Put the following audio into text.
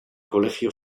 colegio